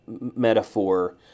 metaphor